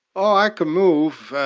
ah i can move.